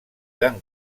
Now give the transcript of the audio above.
dan